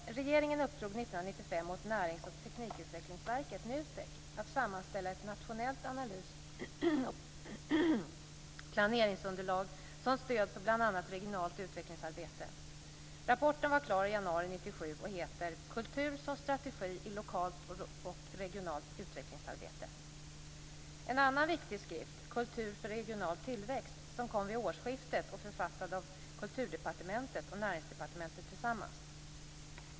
Regeringen uppdrog 1995 åt Närings och teknikutvecklingsverket, NUTEK, att sammanställa ett nationellt analys och planeringsunderlag som stöd för bl.a. regionalt utvecklingsarbete. Rapporten var klar i januari 1997 och heter: Kultur som strategi i lokalt och regionalt utvecklingsarbete. En annan viktig skrift, Kultur för regional tillväxt, kom vid årsskiftet och är författad av Kulturdepartementet och Näringsdepartementet tillsammans.